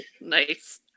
nice